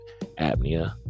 apnea